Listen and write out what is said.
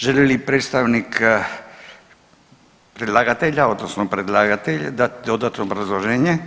Želi li predstavnika predlagatelja odnosno predlagatelj dati dodatno obrazloženje?